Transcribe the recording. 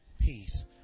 peace